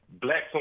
black